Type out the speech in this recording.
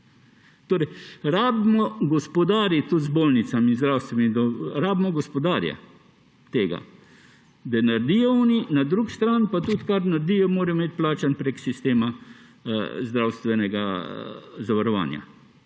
Treba je gospodariti tudi z bolnicami, zdravstvenimi domovi, rabimo tega gospodarja, da naredijo oni, na drugi strani pa tudi, kar naredijo, morajo imeti plačano prek sistema zdravstvenega zavarovanja.